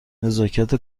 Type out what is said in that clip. نزاکت